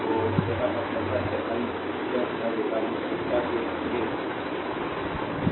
तो यह अब ऐसा है आई क्या सुझाव देता हूं